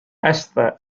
esther